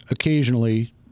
occasionally